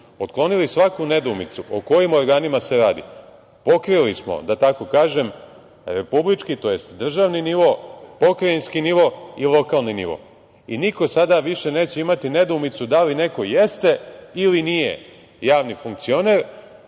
otklonili svaku nedoumicu o kojim organima se radi. Pokrili smo, da tako kažem, republički tj. državni nivo, pokrajinski nivo i lokalni nivo i niko sada više neće imati nedoumicu da li neko jeste ili nije javni funkcioner